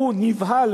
הוא "נבהל",